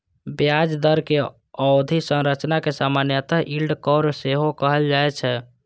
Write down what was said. ब्याज दरक अवधि संरचना कें सामान्यतः यील्ड कर्व सेहो कहल जाए छै